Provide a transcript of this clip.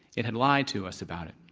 it had lied to us about it.